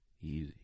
easy